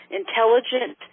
intelligent